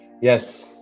Yes